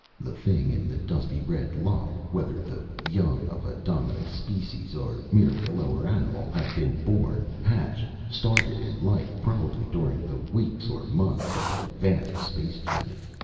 the thing in the dusty red lump whether the young of a dominant species, or merely a lower animal had been born, hatched, started in life probably during the weeks or months of a vast space journey.